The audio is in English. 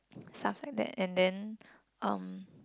stuff like that and then um